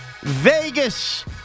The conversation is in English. Vegas